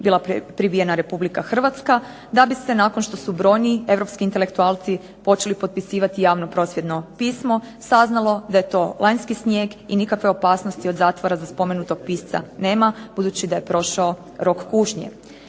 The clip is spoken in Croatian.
bila pribijena Republika Hrvatska da bi se nakon što su brojni europski intelektualci počeli potpisivati javno prosvjedno pismo saznalo da je to lanjski snijeg i nikakve opasnosti od zatvora za spomenutog pisca nema budući da je prošao rok kušnje.